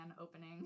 opening